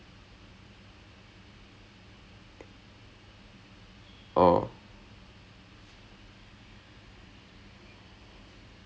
will it like land at the same time எல்லாம் கேப்பானுங்கே:ellam kaepaanungae physics ல் எல்லாம்:il ellaam so now and then sometimes like I'll forget the answer right in the exam I'll just drop two items